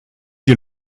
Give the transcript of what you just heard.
you